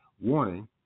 warning